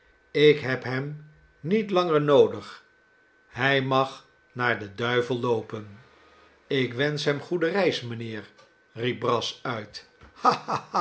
ik heb hem niet langer noodig hij mag naar den duivel loopen ik wensch hem goede reis mijnheer riep brass uit